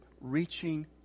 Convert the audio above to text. reaching